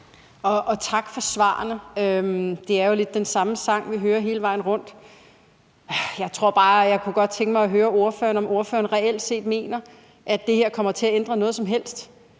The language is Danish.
Tak for svarene. Det er jo lidt den samme sang, vi hører hele vejen rundt. Jeg tror bare, at jeg godt kunne tænke mig at høre ordføreren, om ordføreren reelt set mener, at det her kommer til at ændre noget som helst.